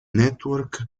network